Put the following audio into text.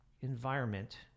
environment